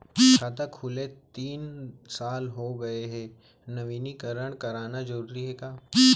खाता खुले तीन साल हो गया गये हे नवीनीकरण कराना जरूरी हे का?